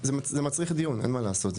זה מצריך דיון, אין מה לעשות.